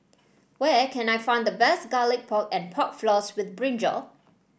where can I find the best Garlic Pork and Pork Floss with brinjal